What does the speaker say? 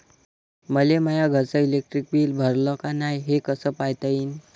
मले माया घरचं इलेक्ट्रिक बिल भरलं का नाय, हे कस पायता येईन?